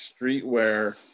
streetwear